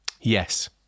Yes